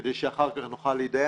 כדי שאחר כך נוכל להתדיין.